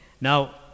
Now